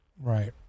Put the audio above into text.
Right